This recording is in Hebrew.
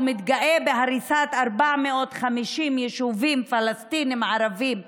הוא מתגאה בהריסת 450 יישובים פלסטיניים ערביים ב-48'